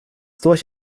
durch